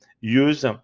use